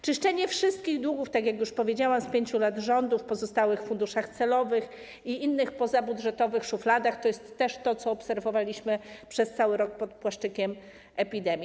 Czyszczenie wszystkich długów, tak jak już powiedziałam, z 5 lat rządów w pozostałych funduszach celowych i innych pozabudżetowych szufladach to też jest to, co obserwowaliśmy przez cały rok pod płaszczykiem epidemii.